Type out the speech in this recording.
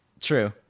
True